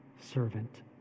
servant